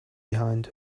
behind